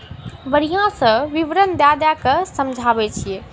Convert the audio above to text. बढ़िआँसँ विवरण दए दए कऽ समझाबैत छियै